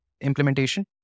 implementation